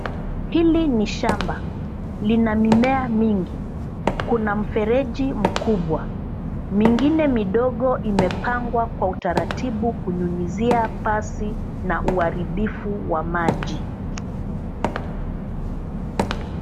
Hili ni shamba, lina mimea mingi. Kuna mfereji mkubwa, mingine midogo imepangwa kwa utaratibu kunyunyizia pasi na uharibifu wa maji.